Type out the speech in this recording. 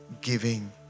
giving